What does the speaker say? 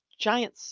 giant